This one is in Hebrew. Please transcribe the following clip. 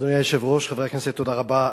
אדוני היושב-ראש, חבר הכנסת, תודה רבה.